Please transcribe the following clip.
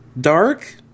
dark